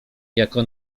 jako